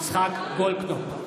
יצחק גולדקנופ,